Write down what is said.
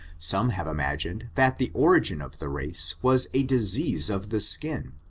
some have imagined, that the origin of the race was a disease of the skin,